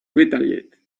retaliate